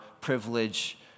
privilege